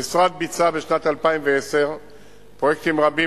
3. המשרד ביצע בשנת 2010 פרויקטים רבים